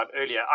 earlier